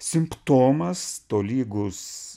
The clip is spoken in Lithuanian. simptomas tolygus